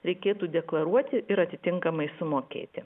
reikėtų deklaruoti ir atitinkamai sumokėti